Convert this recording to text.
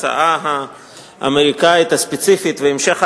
ההצעה האמריקנית הספציפית והמשך ההקפאה,